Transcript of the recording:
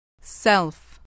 Self